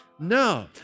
No